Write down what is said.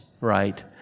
right